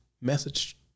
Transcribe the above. message